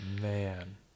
man